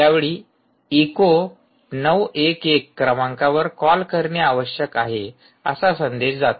त्यावेळी इको 9 1 1 क्रमांकावर कॉल करणे आवश्यक आहे असा संदेश जातो